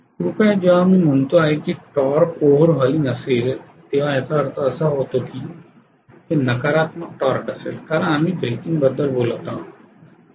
कृपया जेव्हा मी म्हणतो की हे टार्क ओव्हर हॉलिंग असेल तेव्हा याचा अर्थ असा होतो की हे नकारात्मक टॉर्क असेल कारण आम्ही ब्रेकिंगबद्दल बोलत आहोत